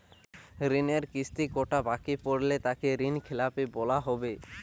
ঋণের কিস্তি কটা বাকি পড়লে তাকে ঋণখেলাপি বলা হবে?